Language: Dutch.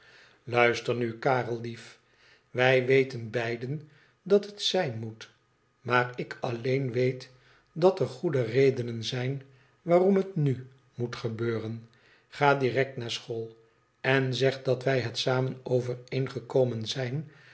luister nu karel lief wij weten beiden dat het zijn moet maar ik alleen weet dat er goede redenen zijn waarom het nu moet gebeuren ga direct naar school en zeg dat wij het samen overeengekomen zijn